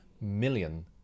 million